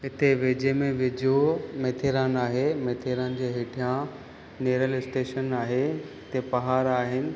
हिथे वेझे में वेझो माथेरान आहे माथेरान जे हेठियां निरल स्टेशन आहे हुते पहाड़ आहिनि